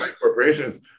corporations